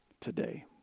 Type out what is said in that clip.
today